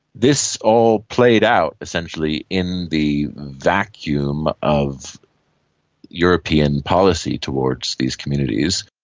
this all played out essentially in the vacuum of european policy towards these communities.